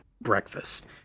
breakfast